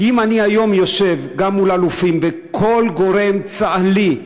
אם אני היום יושב גם מול אלופים, וכל גורם צה"לי,